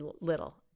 little